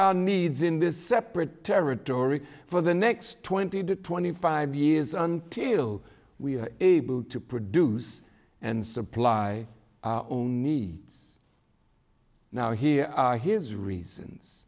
our needs in this separate territory for the next twenty to twenty five years until we are able to produce and supply needs now here are his reasons